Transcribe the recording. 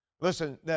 Listen